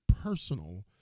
personal